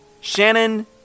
Shannon